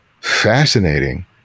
fascinating